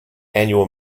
annual